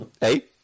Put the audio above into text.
Hey